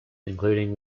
including